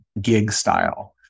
gig-style